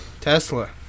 Tesla